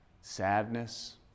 Sadness